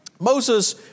Moses